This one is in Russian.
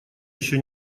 еще